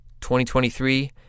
2023